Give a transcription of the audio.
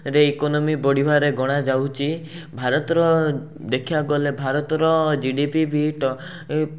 ରେ ଇକୋନୋମି ବଢ଼ିବାରେ ଗଣାଯାଉଛି ଭାରତର ଦେଖିବାକୁ ଗଲେ ଭାରତର ଜି ଡ଼ି ପି ଭି